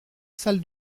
salle